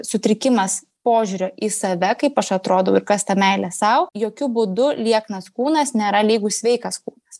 sutrikimas požiūrio į save kaip aš atrodau ir kas ta meilė sau jokių būdu lieknas kūnas nėra lygus sveikas kūnas